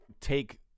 take